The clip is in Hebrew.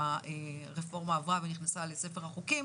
הרפורמה עברה ונכנסה לספר החוקים.